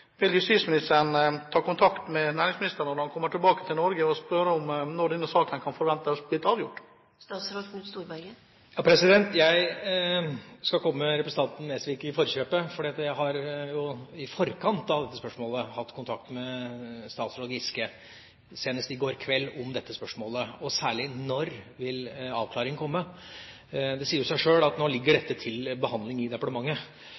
Vil justisministeren ta kontakt med næringsministeren når han kommer tilbake til Norge, og spørre om når denne saken kan forventes avgjort? Jeg skal komme representanten Nesvik i forkjøpet, fordi jeg har i forkant av dette spørsmålet hatt kontakt med statsråd Giske – senest i går kveld – om dette spørsmålet, og særlig om når avklaringen vil komme. Det sier seg jo sjøl at dette nå ligger til behandling i departementet.